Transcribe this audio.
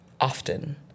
often